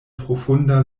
profunda